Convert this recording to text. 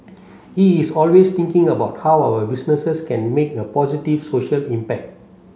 he is always thinking about how our businesses can make a positive social impact